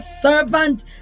servant